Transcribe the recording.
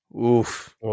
Oof